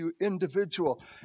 individual